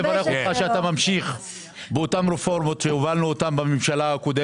ממשיך באותן רפורמות שהובלנו אותן בממשלה הקודמת.